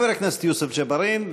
חבר הכנסת יוסף ג'בארין,